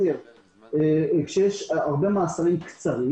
כשיש הרבה מאסרים קצרים